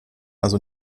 also